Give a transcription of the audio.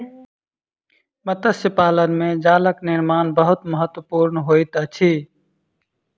मत्स्य पालन में जालक निर्माण बहुत महत्वपूर्ण होइत अछि